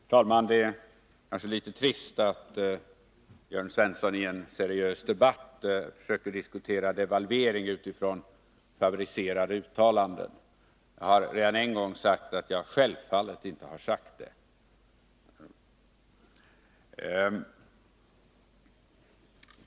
Herr talman! Det är litet trist att Jörn Svensson i en seriös debatt försöker diskutera devalvering utifrån fabricerade uttalanden. Jag har redan en gång framhållit att jag självfallet inte har sagt detta.